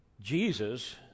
Jesus